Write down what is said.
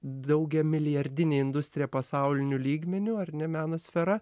daugiamilijardinė industrija pasauliniu lygmeniu ar ne meno sfera